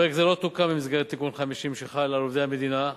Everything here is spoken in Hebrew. פרק זה לא תוקן במסגרת תיקון 50 שחל על עובדי המדינה.